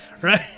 Right